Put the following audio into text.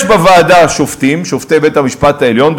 יש בוועדה שופטים, שופטי בית-המשפט העליון.